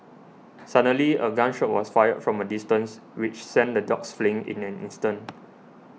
suddenly a gun shot was fired from a distance which sent the dogs fleeing in an instant